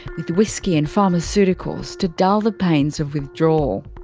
with whiskey and pharmaceuticals to dull the pains of withdrawal.